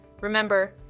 Remember